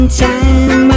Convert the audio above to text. time